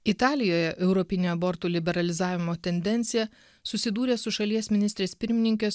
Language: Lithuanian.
italijoje europinė abortų liberalizavimo tendencija susidūrė su šalies ministrės pirmininkės